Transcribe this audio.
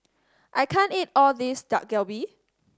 I can't eat all of this Dak Galbi